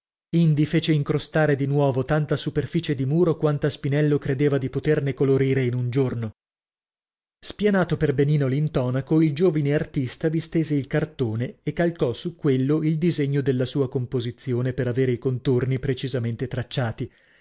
indi fece incrostare di nuovo tanta superficie di muro quanta spinello credeva di poterne colorire in un giorno spianato per benino l'intonaco il giovine artista vi stese il cartone e calcò su quello il disegno della sua composizione per avere i contorni precisamente tracciati